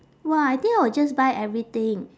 !wah! I think I will just buy everything